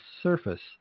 surface